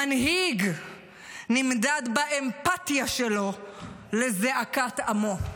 מנהיג נמדד באמפתיה שלו לזעקת עמו.